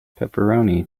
pepperoni